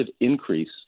increase